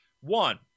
One